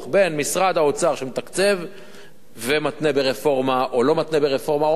בין משרד האוצר שמתקצב ומתנה ברפורמה או לא מתנה ברפורמה.